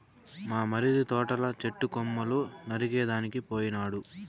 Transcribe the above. మా మరిది తోటల చెట్టు కొమ్మలు నరికేదానికి పోయినాడు